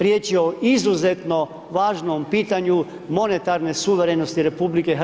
Riječ je o izuzetno važnom pitanju monetarne, suverenosti RH.